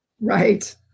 right